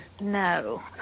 no